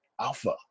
alpha